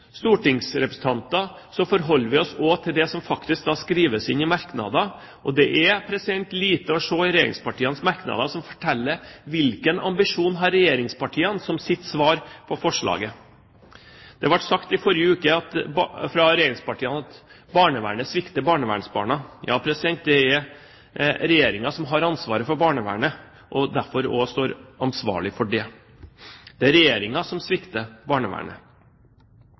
stortingsrepresentanter forholder vi oss også til det som faktisk skrives inn i merknader, og det er lite å se i regjeringspartienes merknader som forteller: Hvilken ambisjon har regjeringspartiene som sitt svar på forslaget? Det ble sagt i forrige uke fra regjeringspartiene at barnevernet svikter barnevernsbarna. Det er Regjeringen som har ansvaret for barnevernet og derfor også står ansvarlig for det; det er Regjeringen som svikter barnevernet.